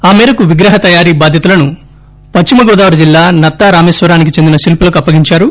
ఆ మేరకు విగ్రహ తయారీ బాధ్యతలను పశ్చిమగోదావరి జిల్లా నత్తా రామేశ్వరానికి చెందిన శిల్పులకు అప్పగించారు